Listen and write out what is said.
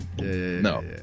No